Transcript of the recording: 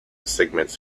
segments